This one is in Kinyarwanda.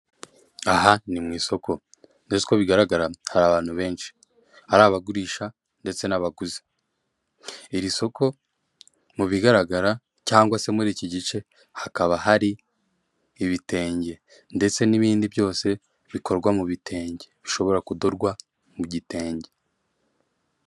Aha ni mu isoko ndetse uko bigaragara hari abantu benshi, ari abagurisha ndetse n'abaguze iri soko mu bigaragara cyangwa se muri iki gice hakaba hari ibitenge ndetse n'ibindi byose bikorwa mu bitenge bishobora kudorwa mu gitenge.